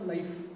Life